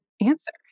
answer